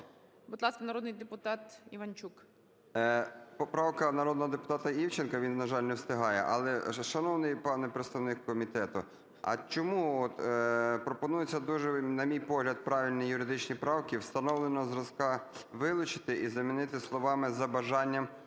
Будь ласка, народний депутат Іванчук. 13:10:10 ІВАНЧУК А.В. Поправка народного депутата Івченка, він, на жаль, не встигає. Але, шановний пане представник комітету, а чому… От пропонуються дуже, на мій погляд, правильні юридичні правки: "встановленого зразка" вилучити і замінити словами "за бажанням